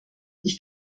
ich